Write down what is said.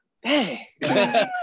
Hey